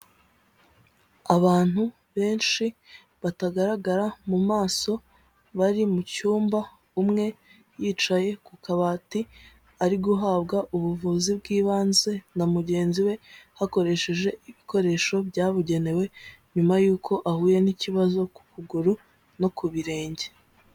Abantu benshi batagaragara mu maso bari mu cyumba umwe yicaye ku kabati ari guhabwa ubuvuzi bw'ibanze na mugenzi we hakoreshejwe ibikoresho byabugenewe nyuma y'uko ahuye n'ikibazo ku kuguru no ku birenge.